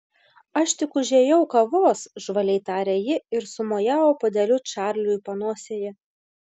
aš tik užėjau kavos žvaliai tarė ji ir sumojavo puodeliu čarliui panosėje